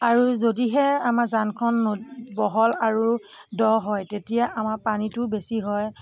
আৰু যদিহে আমাৰ জানখন বহল আৰু দ' হয় তেতিয়া আমাৰ পানীতো বেছি হয়